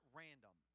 random